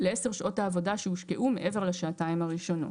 ל-10 שעות העבודה שהושקעו מעבר לשעתיים הראשונות".